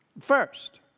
First